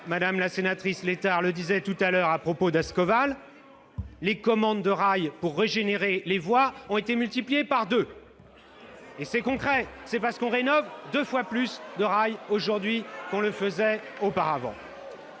Mme la sénatrice Létard le disait tout à l'heure à propos d'Ascoval : les commandes de rails pour régénérer les voies ont été multipliées par deux. C'est du concret ! Cela signifie qu'on rénove deux fois plus de rails aujourd'hui qu'on ne le faisait auparavant.